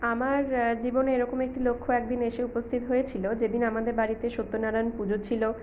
আমার জীবনে এরকম একটি লক্ষ্য একদিন এসে উপস্থিত হয়েছিলো যেদিন আমাদের বাড়িতে সত্যনারায়ণ পুজো ছিল